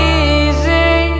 easy